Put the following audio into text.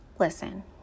Listen